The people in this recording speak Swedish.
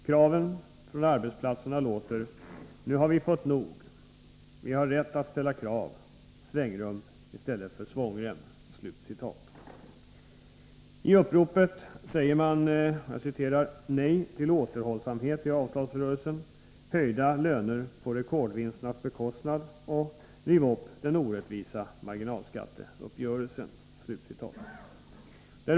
Kraven från arbetsplatserna låter: Nu har vi fått nog — vi har rätt att ställa krav — svängrum i stället för svångrem!” I uppropet säger man ”nej till återhållsamhet i avtalsrörelsen, höjda löner på rekordvinsternas bekostnad” och ”Riv upp den orättvisa marginalskatteuppgörelsen”.